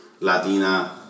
Latina